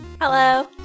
Hello